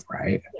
right